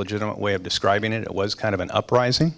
legitimate way of describing it it was kind of an uprising